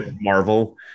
Marvel